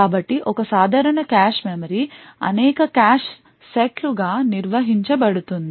కాబట్టి ఒక సాధారణ కాష్ మెమరీ అనేక కాష్ సెట్లు గా నిర్వహించబడుతుంది